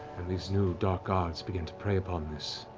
and these new dark gods began to prey upon this,